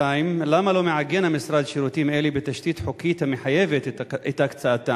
2. למה לא מעגן המשרד שירותים אלה בתשתית חוקית המחייבת את הקצאתם,